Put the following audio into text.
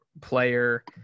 player